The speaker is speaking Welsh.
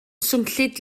swnllyd